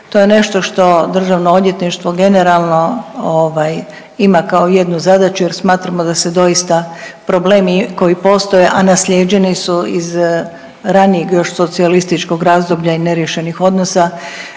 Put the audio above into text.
To je nešto što državno odvjetništvo generalno ima kao jednu zadaću jer smatramo da se doista problemi koji postoje, a naslijeđeni su iz ranijeg još socijalističkog razdoblja i neriješenih odnosa